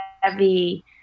heavy